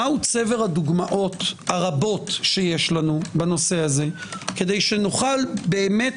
מה צבר הדוגמאות הרבות שיש לנו בנושא הזה כדי שנוכל באמת